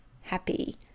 happy